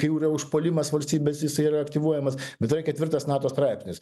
kai jau yra užpuolimas valstybės jisai yra aktyvuojamas bet yra ketvirtas nato straipsnis